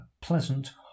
pleasant